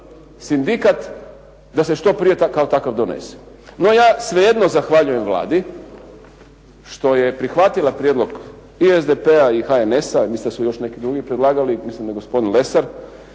sindikat da se što prije kao takav donese. No ja svejedno zahvaljujem Vladi što je prihvatila prijedlog i SDP-a i HNS-a, mislim da su još neki drugi predlagali, mislim da je gospodin Lesar